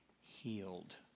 healed